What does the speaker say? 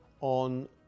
on